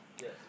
Yes